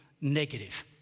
negative